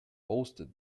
posted